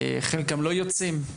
חלקם לא יוצאים.